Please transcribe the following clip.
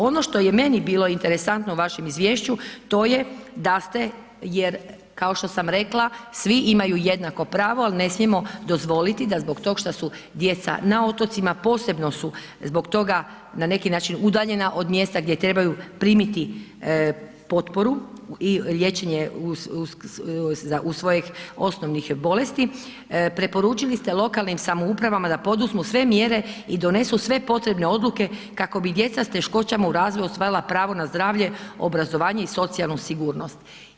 Ono što je meni bilo interesantno u vašem izvješću, to je da ste jer kao što sam rekla, svi imaju jednako pravo ali ne smijemo dozvoliti da zbog toga šta su djeca na otocima posebno su zbog toga na neki način udaljena od mjesta gdje trebaju primiti potporu i liječenje u svojih osobnih bolesti, preporučili ste lokalnim samoupravama da poduzmu sve mjere i donesu sve potrebne odluke kako bi djeca sa teškoćama u razvoju ostvarila pravo na zdravlje, obrazovanje i socijalnu sigurnost.